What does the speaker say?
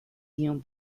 guion